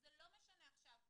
וזה לא משנה עכשיו,